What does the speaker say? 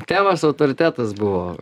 tėvas autoritetas buvo